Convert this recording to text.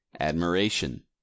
admiration